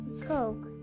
Coke